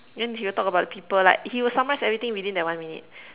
then he will talk about the people like he will summarize everything within that one minute